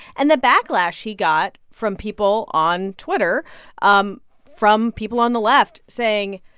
and the backlash he got from people on twitter um from people on the left saying,